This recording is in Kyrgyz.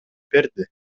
берди